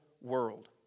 world